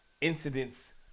incidents